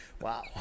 Wow